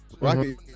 Rocky